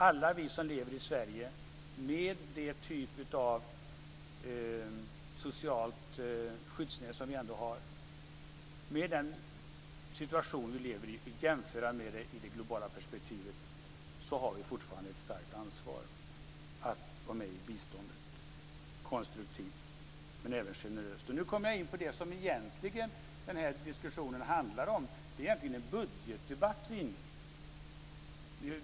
Alla vi som lever i Sverige med det sociala skyddsnät vi ändå har, har jämfört med det globala perspektivet ett starkt ansvar att konstruktivt och generöst vara med i biståndet. Nu kommer jag in på det som diskussionen egentligen handlar om. Det här är egentligen en budgetdebatt.